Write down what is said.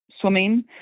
swimming